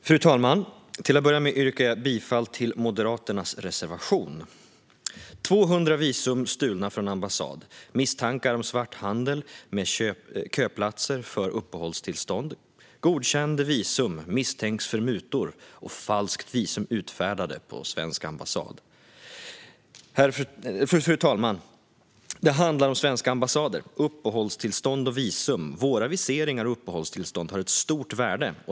Fru talman! Till att börja med yrkar jag bifall till Moderaternas reservation. Fru talman! "200 visum stulna från ambassad." "Misstankar om svarthandel med köplatser för uppehållstillstånd." "Godkände visum - misstänks för mutor." "Falska visum utfärdade på svensk ambassad." Alla de här rubrikerna handlar om svenska ambassader, uppehållstillstånd och visum. Våra viseringar och uppehållstillstånd har ett stort värde.